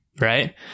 right